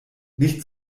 nicht